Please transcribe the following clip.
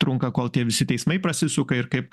trunka kol tie visi teismai prasisuka ir kaip